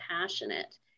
passionate